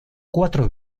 cuatro